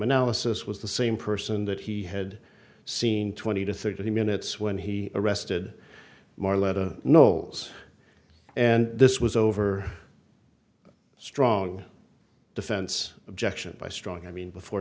analysis was the same person that he had seen twenty to thirty minutes when he arrested more leather no less and this was over strong defense objections by strong i mean before